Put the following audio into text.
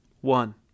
One